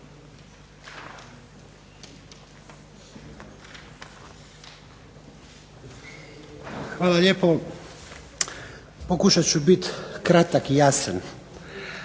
Hvala lijepo. Pokušat ću biti kratak i jasan.